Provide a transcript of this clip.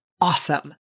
awesome